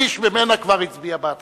שליש ממנה כבר הצביע בעדך.